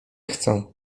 chcę